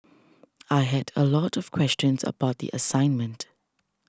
I had a lot of questions about the assignment